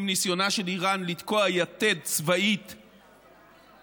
עם ניסיונה של איראן לתקוע יתד צבאית בסוריה.